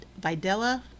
Videla